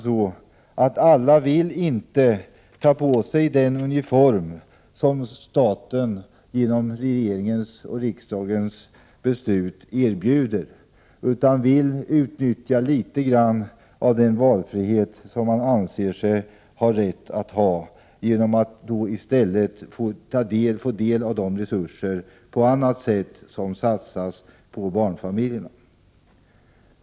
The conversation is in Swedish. Dessutom vill de facto inte alla ta på sig den uniform som staten genom regeringens och riksdagens beslut erbjuder, utan de vill ha litet grand av den valfrihet som de anser sig ha rätt till och få del av de resurser som satsas på barnfamiljerna för att ordna barnomsorgen på annat sätt.